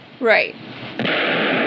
Right